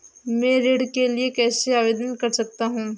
मैं ऋण के लिए कैसे आवेदन कर सकता हूं?